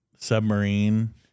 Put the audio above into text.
submarine